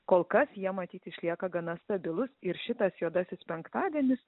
kol kas jie matyt išlieka gana stabilūs ir šitas juodasis penktadienis